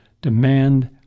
demand